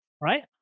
Right